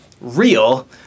real